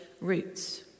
roots